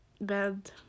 bed